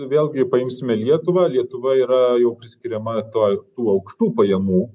vėlgi paimsime lietuvą lietuva yra jau priskiriama tuoj tų aukštų pajamų